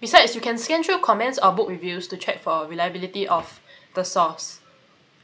besides you can scan through comments or book reviews to check for reliability of the source